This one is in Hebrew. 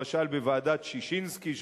למשל בוועדת-ששינסקי,